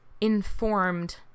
informed